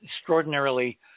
extraordinarily